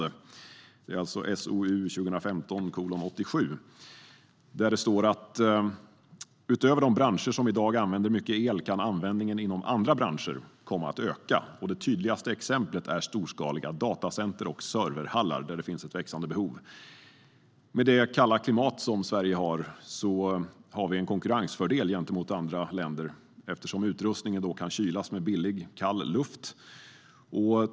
Det gäller alltså SOU 2015:87, där det står: "Utöver de branscher som i dag använder mycket el kan användningen inom andra branscher komma att öka. Det tydligaste exemplet är storskaliga datacenter och serverhallar , för vilka det finns ett växande behov. Med ett kallt klimat har Sverige en konkurrensfördel gentemot sydligare länder, eftersom utrustningen då kan kylas med billig, kall luft.